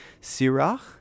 Sirach